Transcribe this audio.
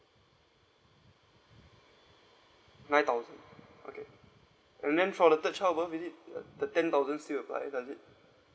nine thousand okay and then for the third child what was it uh the ten thousand still apply does it